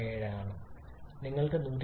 67 ആണ് നിങ്ങൾക്ക് 197